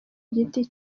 giti